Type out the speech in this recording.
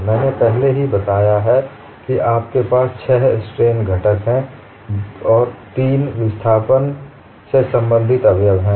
मैने पहले ही बट्टेाया कि आपके पास छह स्ट्रेन घटक हैं जो तीन विस्थापन से संबंधित अवयव हैं